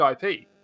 ip